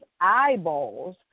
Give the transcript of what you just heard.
eyeballs